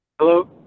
Hello